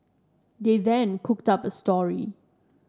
they then cooked up a story